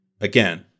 again